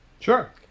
Sure